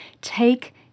Take